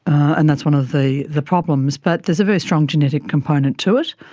and that's one of the the problems. but there's a very strong genetic component to it.